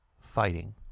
fighting